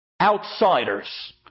outsiders